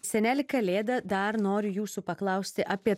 seneli kalėda dar noriu jūsų paklausti apie